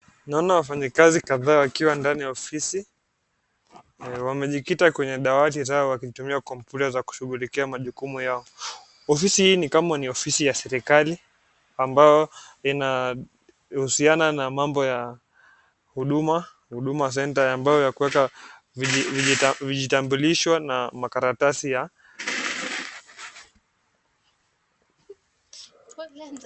Naona wafanyakazi kadhaa wakiwa kwenye ofisi